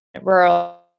rural